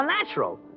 unnatural